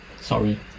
Sorry